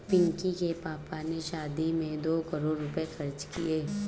पिंकी के पापा ने शादी में दो करोड़ रुपए खर्च किए